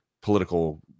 political